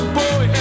boy